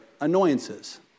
annoyances